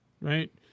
right